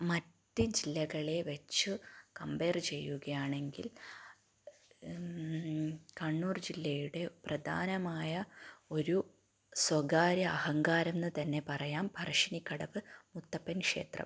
മറ്റ് ജില്ലകളെ വെച്ചു കമ്പയർ ചെയ്യുകയാണെങ്കിൽ കണ്ണൂർ ജില്ലയുടെ പ്രധാനമായ ഒരു സ്വകാര്യ അഹങ്കാരമെന്ന് തന്നെ പറയാം പറശ്ശിനിക്കടവ് മുത്തപ്പൻ ക്ഷേത്രം